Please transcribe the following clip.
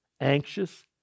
anxious